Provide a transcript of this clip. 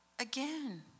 again